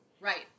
Right